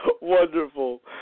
Wonderful